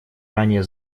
ранее